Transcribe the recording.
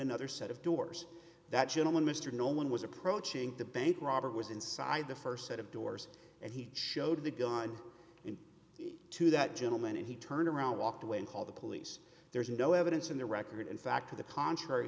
another set of doors that gentleman mr nolan was approaching the bank robber was inside the st set of doors and he showed the gone in to that gentleman and he turned around walked away and called the police there's no evidence in the record in fact to the contrary